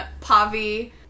Pavi